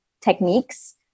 techniques